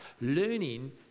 learning